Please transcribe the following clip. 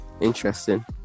interesting